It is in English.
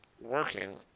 working